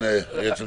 כן, היועץ המשפטי.